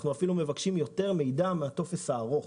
אנחנו אפילו מבקשים יותר מידע מהטופס הארוך.